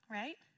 right